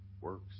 works